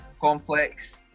complex